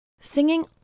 Singing